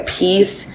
peace